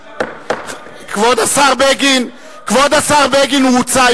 בלוב, כבוד השר בגין, הוא הוצא.